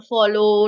Follow